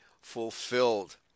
fulfilled